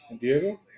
Diego